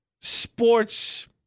sports